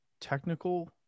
technical